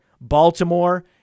Baltimore